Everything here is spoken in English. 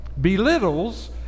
belittles